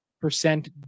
percent